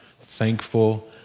thankful